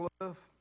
love